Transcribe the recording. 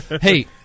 Hey